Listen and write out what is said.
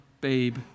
babe